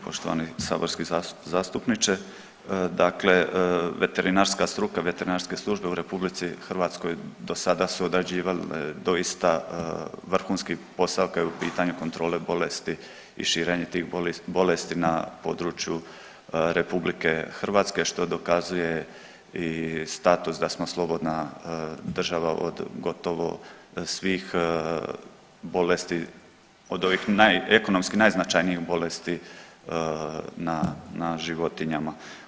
Poštovani saborski zastupniče, dakle veterinarska struka i veterinarske službe u RH dosada su odrađivale doista vrhunski posao kad je u pitanju kontrole bolesti i širenje tih bolesti na području RH, što dokazuje i status da smo slobodna država od gotovo svih bolesti, od ovih naj, ekonomski najznačajnijih bolesti na, na životinjama.